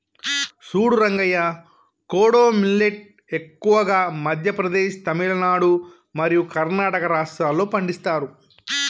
సూడు రంగయ్య కోడో మిల్లేట్ ఎక్కువగా మధ్య ప్రదేశ్, తమిలనాడు మరియు కర్ణాటక రాష్ట్రాల్లో పండిస్తారు